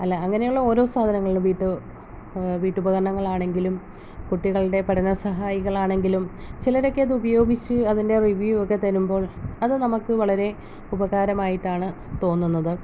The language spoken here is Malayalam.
അല്ല അങ്ങനെയുള്ള ഓരോ സാധനങ്ങള് വീട്ടി വീട്ടുപകരണങ്ങളാണെങ്കിലും കുട്ടികൾടെ പഠന സഹായികളാണെങ്കിലും ചിലരൊക്കെ അത് ഉപയോഗിച്ച് അതിൻ്റെ റിവ്യൂ ഒക്കെ തരുമ്പോൾ അത് നമുക്ക് വളരെ ഉപകാരമായിട്ടാണ് തോന്നുന്നത്